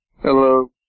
Hello